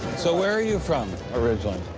so, where are you from originally?